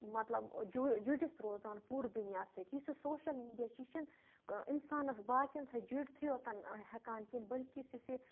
مطلب جوٗ جُڑِتھ روزان پوٗرٕ دُنیاہَس سۭتۍ یُس یہِ سوشَل میٖڈیا چھِ یہِ چھِنہٕ اِنسانَس باقٕیَن سۭتۍ جُڑتھٕے یوتَن ہٮ۪کان کِہیٖنۍ بلکہِ یُس اَسہِ یہِ